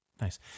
Nice